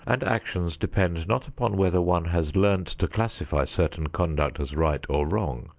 and actions depend not upon whether one has learned to classify certain conduct as right or wrong,